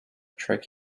trick